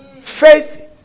Faith